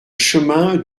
chemin